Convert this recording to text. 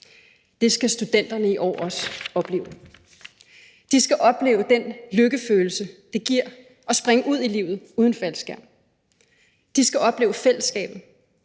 Det skal studenterne i år også opleve. De skal opleve den lykkefølelse, det giver at springe ud i livet uden faldskærm. De skal opleve fællesskabet.